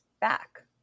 back